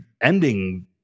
ending